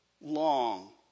long